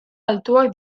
altuak